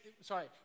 sorry